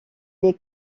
les